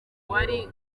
wari